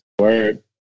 Word